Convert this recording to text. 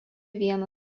vieną